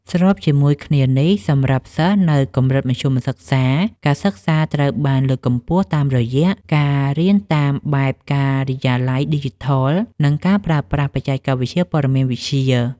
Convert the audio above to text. ស្របជាមួយគ្នានេះ សម្រាប់សិស្សនៅកម្រិតមធ្យមសិក្សា ការសិក្សាត្រូវបានលើកកម្ពស់តាមរយៈការរៀនតាមបែបការិយាល័យឌីជីថល និងការប្រើប្រាស់បច្ចេកវិទ្យាព័ត៌មានវិទ្យា។